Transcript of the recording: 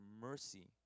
mercy